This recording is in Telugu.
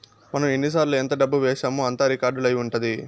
మనం ఎన్నిసార్లు ఎంత డబ్బు వేశామో అంతా రికార్డ్ అయి ఉంటది